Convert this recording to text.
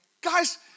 Guys